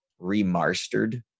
Remastered